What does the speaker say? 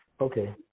Okay